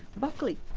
buckley.